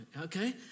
Okay